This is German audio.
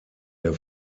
der